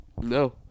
No